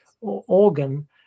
organ